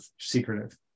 secretive